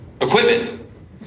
equipment